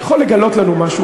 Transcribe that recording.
יכול לגלות לנו משהו,